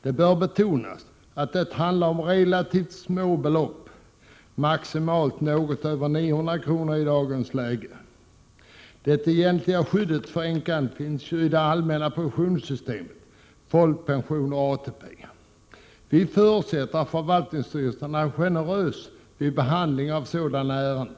Det bör betonas att det handlar om relativt små belopp — maximalt något över 900 kr. i dagens läge. Det egentliga skyddet för änkan finns ju i det allmänna pensionssystemet, folkpension och ATP. Vi förutsätter att förvaltningsstyrelsen är generös vid behandlingen av sådana ärenden.